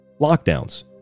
lockdowns